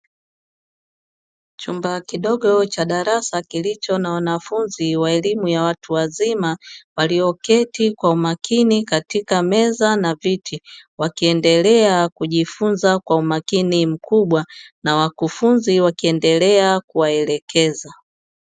Chumba kidogo cha darasa kilicho na wanafunzi wa elemu ya watu wazima walioketi kwa umakini katika meza na viti, wakiendelea kujifunza kwa umakini mkubwa na wakufunzi wakiendelea kuwaelekeza.